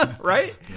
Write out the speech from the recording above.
Right